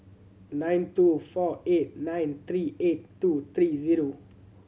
nine two four eight nine three eight two three zero